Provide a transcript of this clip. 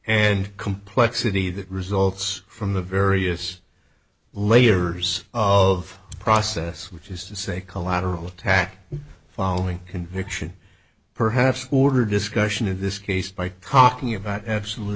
and complexity that results from the various layers of process which is to say collateral attack following conviction perhaps more discussion of this case by cocking about absolute